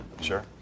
sure